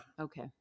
okay